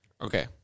Okay